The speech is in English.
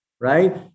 right